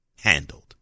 Handled